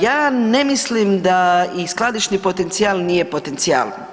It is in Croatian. Ja ne mislim da, i skladišni potencijal nije potencijal.